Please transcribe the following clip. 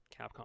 Capcom